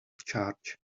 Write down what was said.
charge